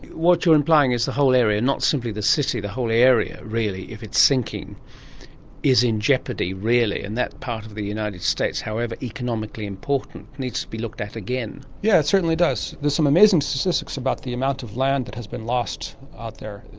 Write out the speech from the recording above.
what you're implying is the whole area, not simply the city, the whole area really if it's sinking is in jeopardy really and that part of the united states however economically important needs to be looked at again. yeah, it certainly does. there's some amazing statistics about the amount of land that has been lost out there.